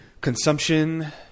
Consumption